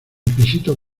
pisito